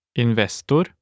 Investor